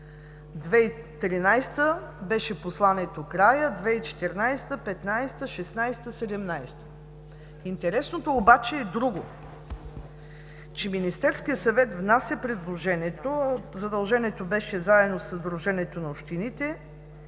2013 г. беше посланието, 2014 г., 2015 г., 2016 г. и 2017 г. Интересното обаче е друго – че Министерският съвет внася предложението, а задължението беше заедно със Сдружението на общините.